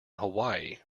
hawaii